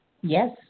Yes